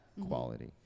quality